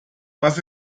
más